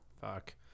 Fuck